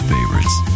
Favorites